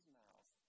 mouth